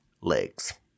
legs